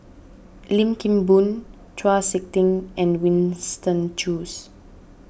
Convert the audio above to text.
Lim Kim Boon Chau Sik Ting and Winston Choos